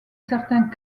certains